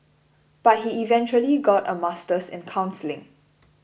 but he eventually got a master's in counselling